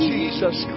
Jesus